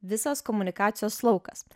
visas komunikacijos laukas